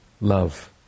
love